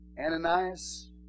Ananias